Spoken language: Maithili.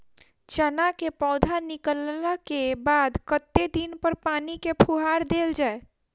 चना केँ पौधा निकलला केँ बाद कत्ते दिन पर पानि केँ फुहार देल जाएँ?